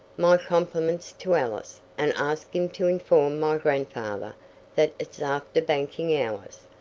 my compliments to ellis, and ask him to inform my grandfather that it's after banking hours.